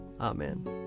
Amen